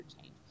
change